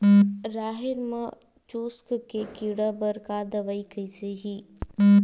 राहेर म चुस्क के कीड़ा बर का दवाई कइसे ही?